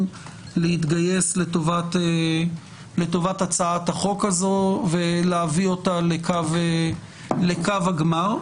להתגייס לטובת הצעת החוק הזו ולהביא אותה לקו הגמר,